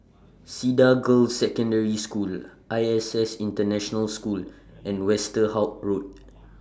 Cedar Girls' Secondary School I S S International School and Westerhout Road